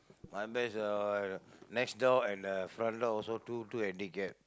my bad ah next door and uh front door also two two handicapped